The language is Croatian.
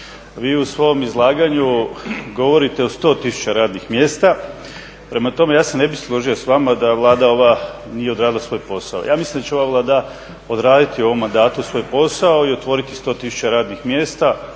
Vi u svom izlaganju govorite o 100 000 radnih mjesta, prema tome ja se ne bih složio s vama da Vlada ova nije odradila svoj posao. Ja mislim da će ova Vlada odraditi u ovom mandatu svoj posao i otvoriti 100 000 radnih mjesta,